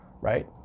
right